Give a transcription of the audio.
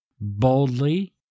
boldly